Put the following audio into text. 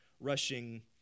rushing